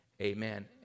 Amen